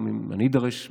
אם אני אידרש,